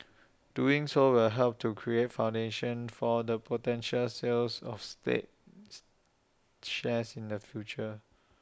doing so will help create A foundation for the potential sales of states shares in the future